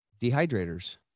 Dehydrators